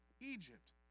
Egypt